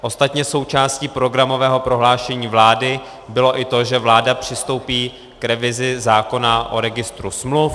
Ostatně součástí programového prohlášení vlády bylo i to, že vláda přistoupí k revizi zákona o registru smluv.